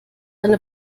eine